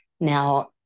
Now